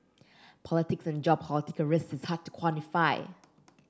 politics and geopolitical risk is hard to quantify